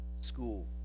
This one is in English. School